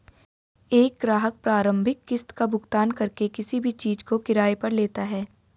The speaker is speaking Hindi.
एक ग्राहक प्रारंभिक किस्त का भुगतान करके किसी भी चीज़ को किराये पर लेता है